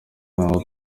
noneho